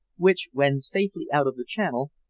which when safely out of the channel,